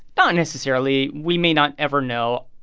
not necessarily we may not ever know.